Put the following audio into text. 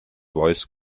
voice